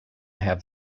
have